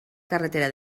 carretera